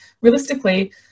realistically